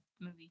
movie